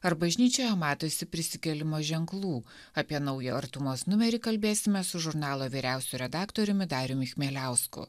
ar bažnyčioje matosi prisikėlimo ženklų apie naują artumos numerį kalbėsime su žurnalo vyriausiu redaktoriumi dariumi chmieliausku